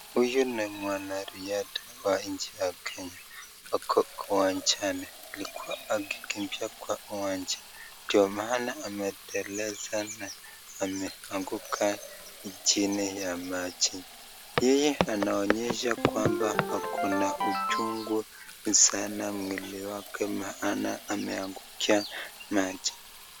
Huyu ni mwanariadha wa nchi ya Kenya ako uwanjani akikimbia kwa uwanja, ndio maana ameteleza na ameanguka chini ya maji. Yeye anaonyesha kwamba ako na uchungu sana mwili wake maana ameangukia maji.